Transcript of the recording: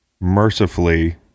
Mercifully